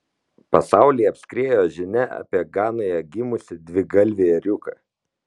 pasaulį apskriejo žinia apie ganoje gimusį dvigalvį ėriuką